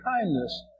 kindness